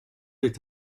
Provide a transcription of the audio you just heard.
est